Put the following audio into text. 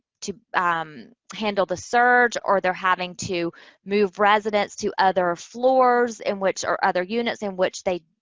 to um handle the surge, or they're having to move residents to other floors in which, or other units in which they